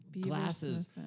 glasses